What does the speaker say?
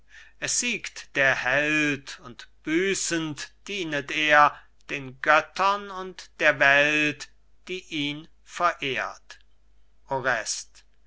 es siegt der held und büßend dienet er den göttern und der welt die ihn verehrt